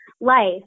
life